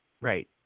Right